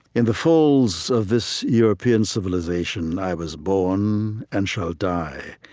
in the folds of this european civilization i was born and shall die,